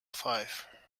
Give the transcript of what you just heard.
five